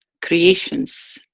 creations.